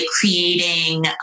creating